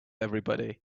everybody